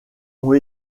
ont